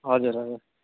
हजुर हजुर